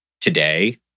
today